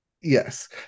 Yes